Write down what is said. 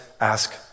ask